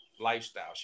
lifestyle